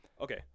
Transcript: Okay